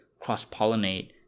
cross-pollinate